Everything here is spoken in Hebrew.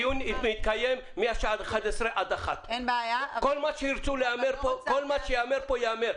הדיון מתקיים מהשעה 11:00 עד 13:00. אין בעיה --- כל מה שייאמר פה ייאמר.